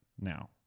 now